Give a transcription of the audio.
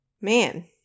man